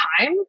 time